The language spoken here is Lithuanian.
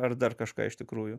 ar dar kažką iš tikrųjų